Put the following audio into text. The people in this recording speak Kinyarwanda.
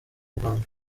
rwanda